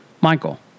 Michael